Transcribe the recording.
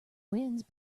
winds